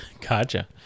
Gotcha